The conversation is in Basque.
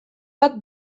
bat